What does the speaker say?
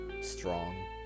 strong